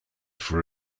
for